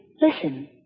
Listen